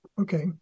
Okay